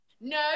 No